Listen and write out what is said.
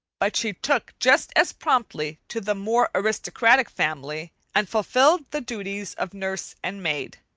but she took just as promptly to the more aristocratic family and fulfilled the duties of nurse and maid.